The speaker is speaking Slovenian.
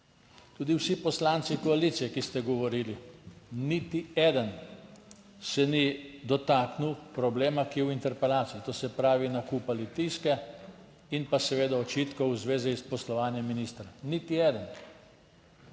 Tudi vsi poslanci koalicije, ki ste govorili, niti eden se ni dotaknil problema, ki je v interpelaciji, to se pravi nakupa Litijske in pa seveda očitkov v zvezi s poslovanjem ministra, niti eden.